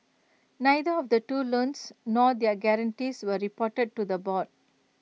neither of the two loans nor their guarantees were reported to the board